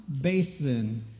basin